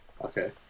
Okay